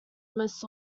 most